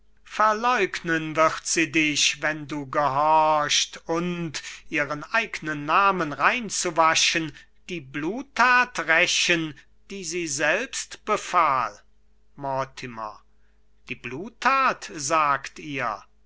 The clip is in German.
verleugnen wird sie dich wenn du gehorcht und ihren eignen namen reinzuwaschen die bluttat rächen die sie selbst befahl mortimer die bluttat sagt ihr